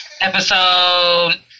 episode